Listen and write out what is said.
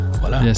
Voilà